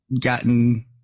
gotten